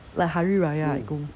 like hari raya I go